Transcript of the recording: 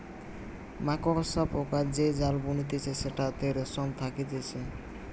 মাকড়সা পোকা যে জাল বুনতিছে সেটাতে রেশম থাকতিছে